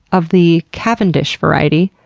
of the cavendish variety,